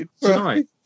tonight